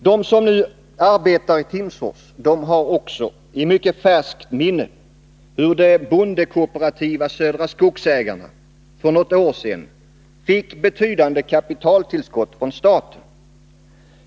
De som nu arbetar i Timsfors har också i mycket färskt minne hur det bondekooperativa företaget Södra Skogsägarna för något år sedan fick betydande kapitaltillskott från staten.